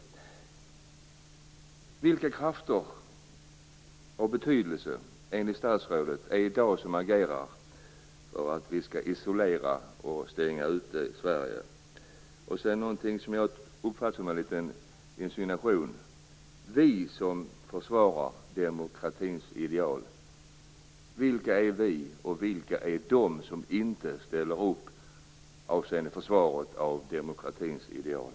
Vilka krafter av betydelse är det i dag enligt statsrådet som agerar för att vi skall isolera och stänga ute Sverige? Det var något i det som statsrådet sade som jag uppfattade som en liten insinuation. Han talade om vi som försvarar demokratins ideal. Vilka är vi, och vilka är de som inte ställer upp avseende försvaret av demokratins ideal?